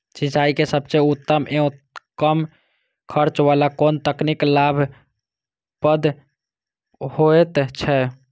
सिंचाई के सबसे उत्तम एवं कम खर्च वाला कोन तकनीक लाभप्रद होयत छै?